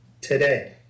today